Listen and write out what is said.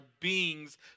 beings